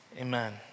Amen